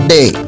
Day